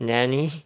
Nanny